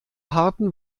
harten